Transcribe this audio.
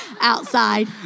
outside